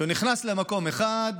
כשהוא נכנס למקום אחד,